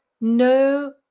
no